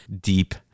deep